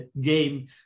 game